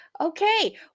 okay